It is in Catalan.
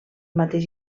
mateix